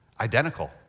identical